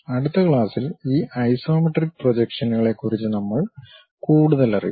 അടുത്ത ക്ലാസ്സിൽ ഈ ഐസോമെട്രിക് പ്രൊജക്ഷനുകളെക്കുറിച്ച് നമ്മൾ കൂടുതലറിയും